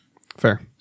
Fair